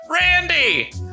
Randy